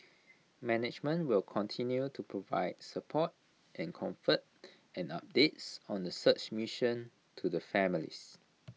management will continue to provide support and comfort and updates on the search mission to the families